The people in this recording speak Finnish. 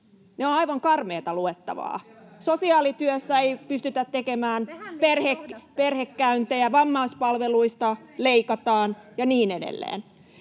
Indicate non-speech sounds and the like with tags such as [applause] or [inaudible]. Ne ovat aivan karmeata luettavaa. [noise] Sosiaalityössä ei pystytä tekemään perhekäyntejä, vammaispalveluista leikataan, ja niin edelleen.